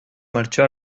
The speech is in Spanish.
marchó